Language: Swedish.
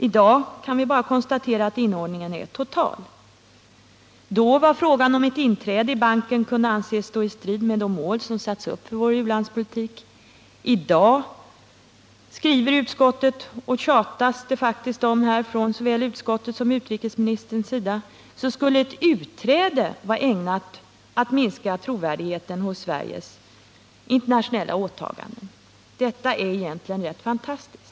I dag kan vi bara konstatera att inordningen är total. Då gällde frågan om ett inträde i banken kunde anses stå i strid med de mål som satts upp för vår u-landspolitik. I dag, skriver utskottet och tjatas det om från såväl utskottets som utrikesministerns sida, skulle ett utträde vara ägnat att minska trovärdigheten i Sveriges internationella åtaganden. Detta är egentligen rätt fantastiskt.